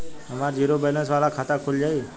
हमार zero balance वाला खाता खुल जाई?